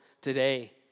today